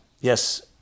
yes